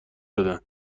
دادن